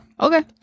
Okay